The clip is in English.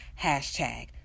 hashtag